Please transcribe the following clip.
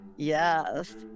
Yes